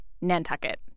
Nantucket